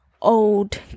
old